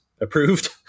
approved